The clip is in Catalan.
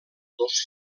dos